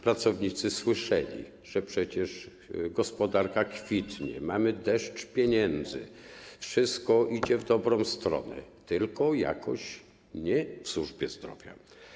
Pracownicy słyszeli, że przecież gospodarka kwitnie, mamy deszcz pieniędzy, wszystko idzie w dobrą stronę, tylko jakoś nie w służbie zdrowia.